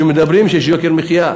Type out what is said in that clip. מדברים על זה שיש יוקר מחיה.